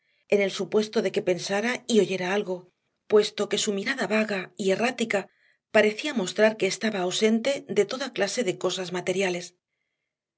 en el supuesto de que pensara y oyera algo puesto que su mirada vaga y errática parecía mostrar que estaba ausente de toda clase de cosas materiales